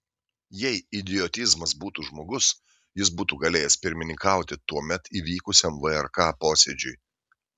jei idiotizmas būtų žmogus jis būtų galėjęs pirmininkauti tuomet įvykusiam vrk posėdžiui